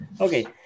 okay